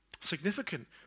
Significant